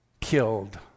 killed